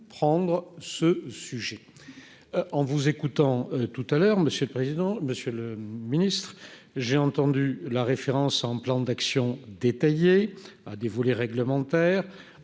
prendre ce sujet en vous écoutant tout à l'heure monsieur le président, Monsieur le Ministre, j'ai entendu la référence à un plan d'action détaillé a des voulez réglementaires